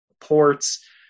ports